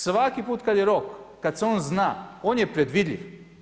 Svaki put kad je rok, kad se on zna, on je predvidljiv.